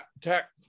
tech